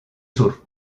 sur